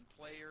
player